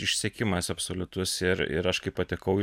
išsekimas absoliutus ir ir aš kai patekau į